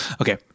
Okay